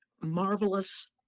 marvelous